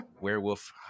werewolf